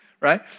right